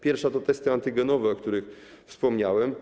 Pierwsza to testy antygenowe, o których wspomniałem.